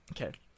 Okay